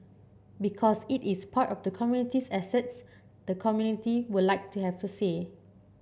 because it is part of the community's assets the community would like to have to say